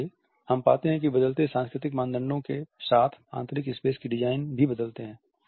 इसलिए हम पाते हैं कि बदलते सांस्कृतिक मानदंडों के साथ आंतरिक स्पेस के डिज़ाइन भी बदलते हैं